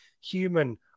human